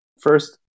first